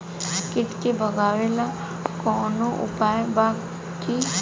कीट के भगावेला कवनो उपाय बा की?